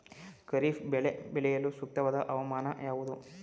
ಖಾರಿಫ್ ಬೆಳೆ ಬೆಳೆಯಲು ಸೂಕ್ತವಾದ ಹವಾಮಾನ ಯಾವುದು?